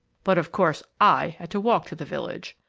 but of course i had to walk to the village.